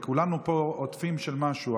כולנו פה עוטפים של משהו.